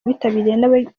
abitabiriye